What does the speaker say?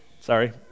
Sorry